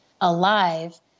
alive